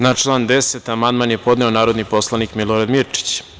Na član 10. amandman je podneo narodni poslanik Milorad Mirčić.